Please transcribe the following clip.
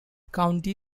county